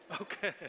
Okay